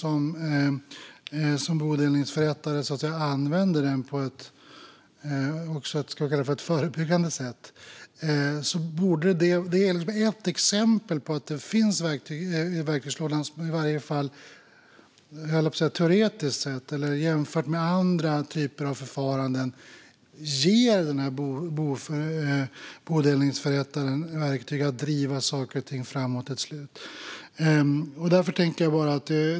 Om bodelningsförrättare använder den på ett sätt som skulle kunna kallas förebyggande är det exempel på att det redan finns verktyg i verktygslådan som i alla fall teoretiskt sett eller jämfört med andra typer av förfaranden ger bodelningsförrättaren verktyg att driva saker och ting framåt ett slut.